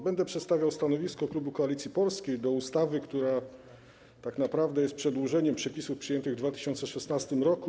Będę przedstawiał stanowisko klubu Koalicji Polskiej wobec projektu ustawy, która tak naprawdę jest przedłużeniem przepisów przyjętych w 2016 r.